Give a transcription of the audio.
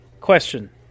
Question